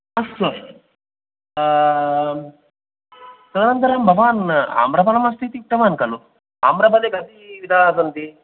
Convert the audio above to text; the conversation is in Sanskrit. अस्तु अस्तु तदनन्तरं भवान् आम्रफलम् अस्ति इति उक्तवान् खलु आम्रफले कति विधाः सन्ति